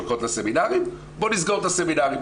בוא נסגור את הסמינרים'.